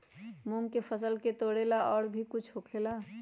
मूंग के फसल तोरेला कुछ और भी होखेला?